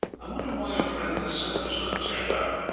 i wonder why our friend hassan has not turned up,